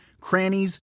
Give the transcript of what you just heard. crannies